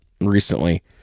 recently